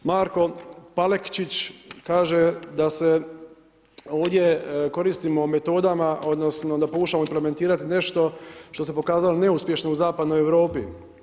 Marko Palekčić kaže da se ovdje koristimo metodama, odnosno da pokušavamo implementirati nešto što se pokazalo neuspješno u zapadnoj Europi.